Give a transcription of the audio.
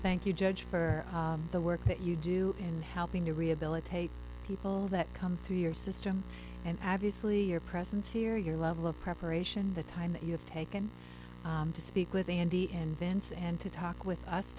thank you judge for the work that you do in helping to rehabilitate people that come through your system and obviously your presence here your level of preparation the time that you've taken to speak with andy and vince and to talk with us